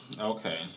Okay